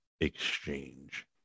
exchange